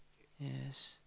yes